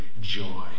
joy